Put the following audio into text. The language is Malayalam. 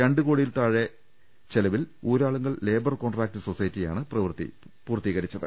രണ്ട് കോടിയിൽത്താഴെ ചെലവിൽ ഊരാളുങ്കൽ ലേബർ കോൺട്രാക്റ്റ് സൊസൈറ്റിയാണ് പ്രവൃത്തി പൂർത്തീകരിച്ചത്